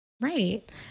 Right